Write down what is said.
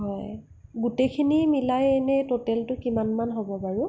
হয় গোটেইখিনি মিলাই এনেই ট'টেলটো কিমানমান হ'ব বাৰু